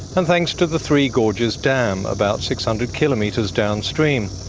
and thanks to the three gorges dam about six hundred kilometres downstream,